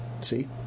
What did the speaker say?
see